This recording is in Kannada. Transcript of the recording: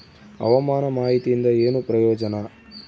ಹವಾಮಾನ ಮಾಹಿತಿಯಿಂದ ಏನು ಪ್ರಯೋಜನ?